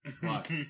Plus